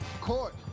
Court